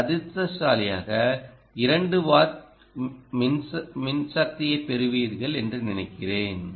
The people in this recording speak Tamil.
நீங்கள் அதிர்ஷ்டசாலியாக 2 வாட் மின்சக்தியைப் பெறுவீர்கள் என்று நினைக்கிறேன்